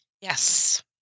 Yes